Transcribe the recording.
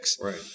Right